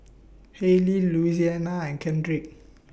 Hailey Louisiana and Kendrick